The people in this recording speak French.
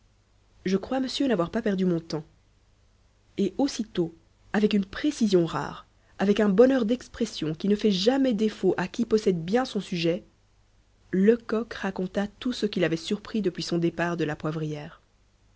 je crois monsieur n'avoir pas perdu mon temps et aussitôt avec une précision rare avec un bonheur d'expression qui ne fait jamais défaut à qui possède bien son sujet lecoq raconta tout ce qu'il avait surpris depuis son départ de la poivrière